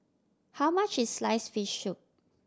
how much is sliced fish soup